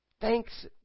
Thanks